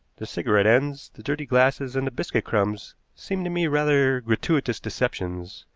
the cigarette-ends, the dirty glasses, and the biscuit crumbs seem to me rather gratuitous deceptions,